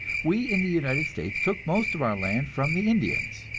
we in the united states took most of our land from the indians,